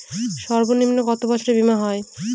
সর্বনিম্ন কত বছরের বীমার হয়?